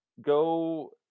go